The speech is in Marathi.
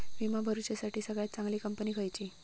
विमा भरुच्यासाठी सगळयात चागंली कंपनी खयची?